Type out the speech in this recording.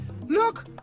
Look